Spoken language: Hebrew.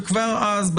וכבר אז,